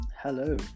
Hello